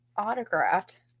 autographed